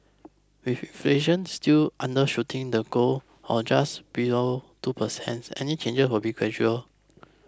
with inflation still undershooting the goal of just below two percent any change will be gradual